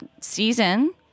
Season